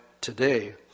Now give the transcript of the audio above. today